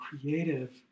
creative